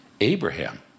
Abraham